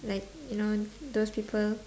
like you know those people